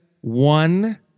one